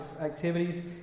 activities